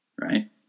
right